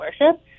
worship